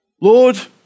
Lord